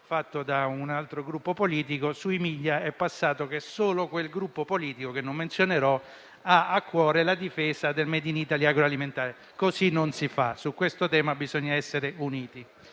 da un altro gruppo politico, ma sui *media* è passato che solo quel gruppo politico, che non menzionerò, ha a cuore la difesa del *made in Italy* agroalimentare. Così non si fa: su questo tema bisogna essere uniti